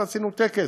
ועשינו טקס.